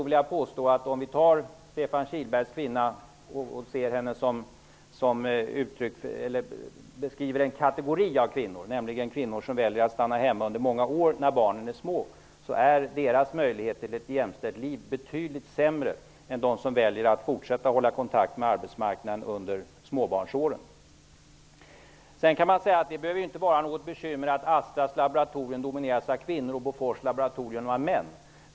Låt oss beskriva en kategori av kvinnor, nämligen kvinnor som väljer att stanna hemma under många år när barnen är små. Deras möjligheter till ett jämställt liv är betydligt sämre än för dem som väljer att fortsätta att hålla kontakt med arbetsmarknaden under småbarnsåren. Det behöver inte vara något bekymmer att Astras laboratorier domineras av kvinnor och att Bofors laboratorier domineras av män.